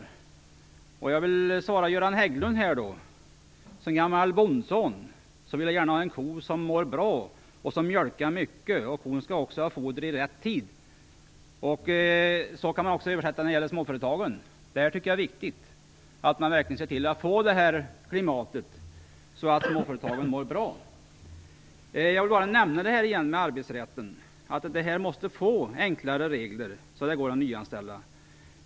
Som svar till Göran Hägglund vill jag säga följande. Som gammal bondson vill jag gärna ha en ko som mår bra och som mjölkar mycket. Hon skall också ha foder i rätt tid. Det kan man överföra till småföretagen. Jag tycker att det är viktigt att man verkligen ser till att få till stånd ett sådant klimat, så att småföretagen mår bra. Jag vill bara igen nämna arbetsrätten. Vi måste få enklare regler, så att det går att nyanställa.